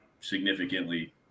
significantly